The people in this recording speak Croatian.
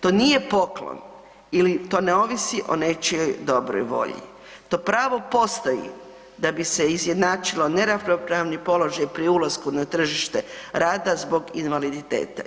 To nije poklon ili to ne ovisi o nečijoj dobroj volji, to pravo postoji da bi se izjednačilo neravnopravni položaj pri ulasku na tržište rada zbog invaliditeta.